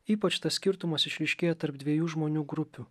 ypač tas skirtumas išryškėja tarp dviejų žmonių grupių